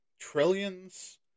trillions